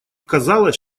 казалось